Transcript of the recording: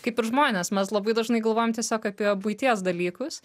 kaip ir žmonės mes labai dažnai galvojam tiesiog apie buities dalykus